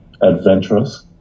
adventurous